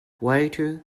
waiter